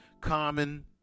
common